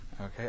Okay